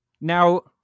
Now